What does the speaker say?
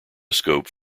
scope